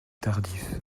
tardif